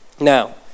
Now